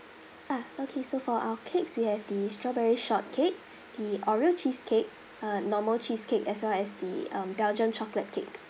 ah okay so for our cakes we have the strawberry shortcake the oreo cheesecake a normal cheesecake as well as the um belgian chocolate cake